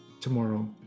tomorrow